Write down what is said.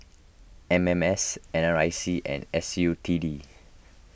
M M S N R I C and S U T D